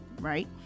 right